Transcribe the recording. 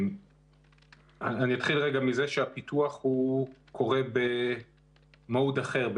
אני אתחיל מזה שהפיתוח קורה במוד אחר,